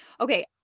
Okay